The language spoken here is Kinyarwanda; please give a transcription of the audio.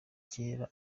kera